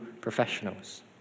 professionals